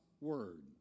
Word